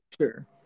Sure